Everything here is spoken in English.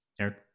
Eric